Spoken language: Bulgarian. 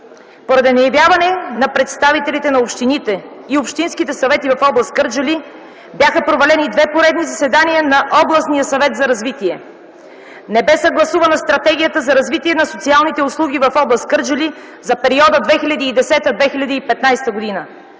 Поради неявяване на представителите на общините и общинските съвети в област Кърджали бяха провалени и две поредни заседания на Областния съвет за развитие. Не бе съгласувана Стратегията за развитие на социалните услуги в област Кърджали за периода 2010-2015 г.,